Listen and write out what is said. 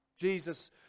Jesus